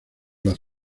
las